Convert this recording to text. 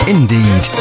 Indeed